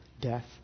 death